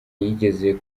yigeze